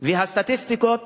הסטטיסטיקות